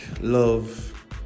Love